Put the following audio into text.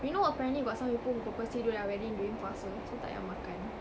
you know apparently got some people who purposely do their wedding during puasa so tak payah makan